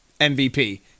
MVP